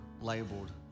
labeled